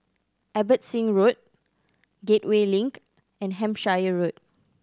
Abbotsingh Road Gateway Link and Hampshire Road